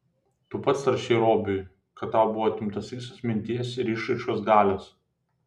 tu pats rašei robiui kad tau buvo atimtos visos minties ir išraiškos galios